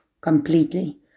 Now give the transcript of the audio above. completely